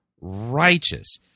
righteous